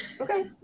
Okay